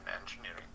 engineering